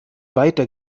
weiter